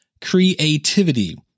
creativity